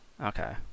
Okay